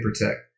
protect